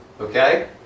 Okay